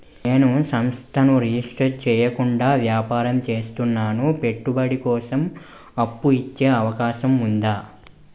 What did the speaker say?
నేను సంస్థను రిజిస్టర్ చేయకుండా వ్యాపారం చేస్తున్నాను పెట్టుబడి కోసం అప్పు ఇచ్చే అవకాశం ఉందా?